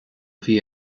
bhí